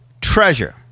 treasure